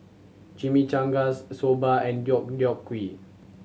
Chimichangas Soba and Deodeok Gui